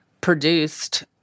produced